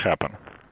happen